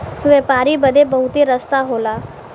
व्यापारी बदे बहुते रस्ता होला